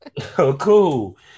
cool